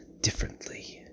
differently